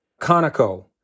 Conoco